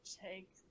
take